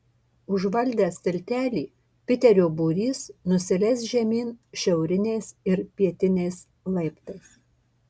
užvaldęs tiltelį piterio būrys nusileis žemyn šiauriniais ir pietiniais laiptais